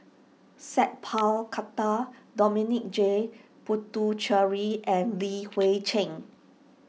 Sat Pal Khattar Dominic J Puthucheary and Li Hui Cheng